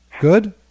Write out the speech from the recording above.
Good